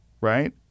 Right